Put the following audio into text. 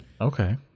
Okay